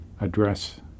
address